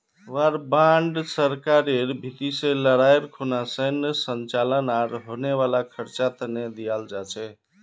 war bond सरकारेर भीति से लडाईर खुना सैनेय संचालन आर होने वाला खर्चा तने दियाल जा छे